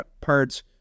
parts